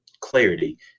clarity